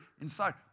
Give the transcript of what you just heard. inside